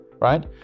right